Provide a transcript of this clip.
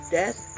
death